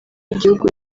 igihugu